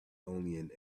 only